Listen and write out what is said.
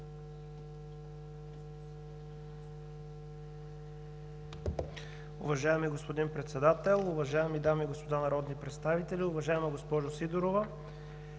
Уважаеми господин Председател, уважаеми дами и господа народни представители! Уважаеми господин Гьоков,